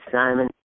Simon